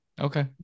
Okay